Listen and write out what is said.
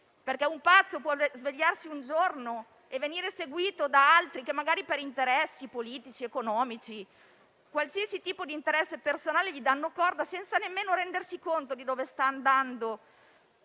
perché un pazzo può svegliarsi un giorno e venire seguito da altri che, magari per interessi politici, economici, o personali gli danno corda senza nemmeno rendersi conto di dove sta andando,